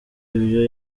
ibyo